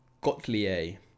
Gottlieb